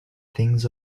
things